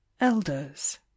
Elders